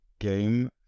game